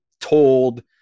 told –